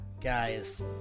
guys